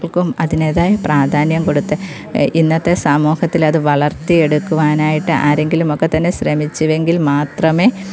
ക്കും അതിൻ്റെതായ പ്രാധാന്യം കൊടുത്ത് ഇന്നത്തെ സമൂഹത്തിലത് വളർത്തിയെടുക്കുവാനായിട്ട് ആരെങ്കിലും ഒക്കെ തന്നെ ശ്രമിച്ചുവെങ്കിൽ മാത്രമേ